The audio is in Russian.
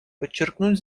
подчеркнуть